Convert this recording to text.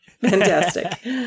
Fantastic